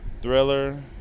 Thriller